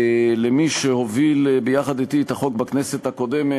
למי שהוביל יחד אתי את החוק בכנסת הקודמת,